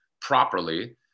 properly